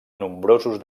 nombrosos